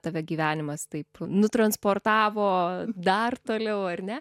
tave gyvenimas taip nutransportavo dar toliau ar ne